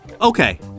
Okay